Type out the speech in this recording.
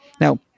Now